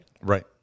right